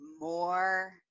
more